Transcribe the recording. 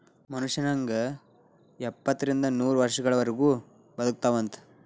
ಮನುಷ್ಯ ನಂಗ ಎಪ್ಪತ್ತರಿಂದ ನೂರ ವರ್ಷಗಳವರಗು ಬದಕತಾವಂತ